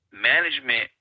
management